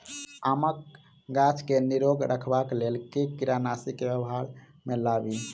आमक गाछ केँ निरोग रखबाक लेल केँ कीड़ानासी केँ व्यवहार मे लाबी?